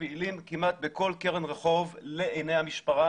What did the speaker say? שפעילים כמעט בכל קרן רחוב לעיניי המשטרה.